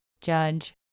Judge